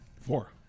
Four